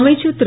அமைச்சர் திரு